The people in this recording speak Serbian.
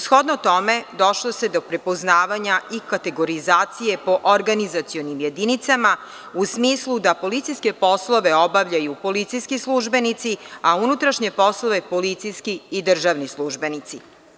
Shodno tome, došlo se do prepoznavanja i kategorizacije po organizacionim jedinicama u smislu da policijske poslove obavljaju policijski službenici, a unutrašnje poslove policijski i državni službenici.